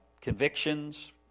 convictions